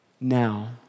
now